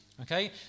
Okay